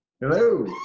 Hello